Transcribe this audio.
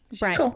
Right